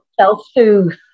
self-soothe